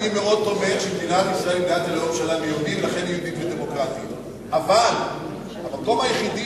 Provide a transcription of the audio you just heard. המסמך הזה הוא מסמך